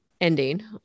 ending